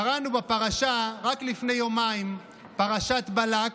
קראנו בפרשה רק לפני יומיים, פרשת בלק,